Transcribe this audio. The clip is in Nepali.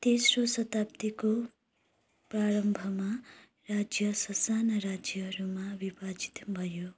तेस्रो सताब्दीको प्रारम्भमा राज्य ससाना राज्यहरूमा विभाजित भयो